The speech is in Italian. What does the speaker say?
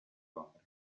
londra